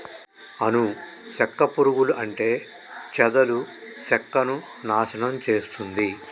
అను సెక్క పురుగులు అంటే చెదలు సెక్కను నాశనం చేస్తుంది